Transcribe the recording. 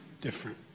different